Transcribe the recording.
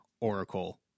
Oracle